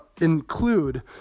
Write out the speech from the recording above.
include